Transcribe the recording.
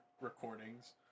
recordings